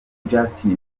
justin